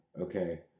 okay